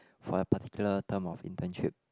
for a particular term of internship